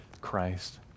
Christ